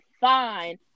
fine